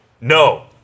no